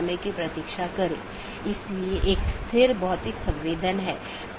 यदि हम अलग अलग कार्यात्मकताओं को देखें तो BGP कनेक्शन की शुरुआत और पुष्टि करना एक कार्यात्मकता है